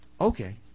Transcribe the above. Okay